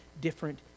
different